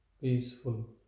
peaceful